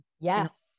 Yes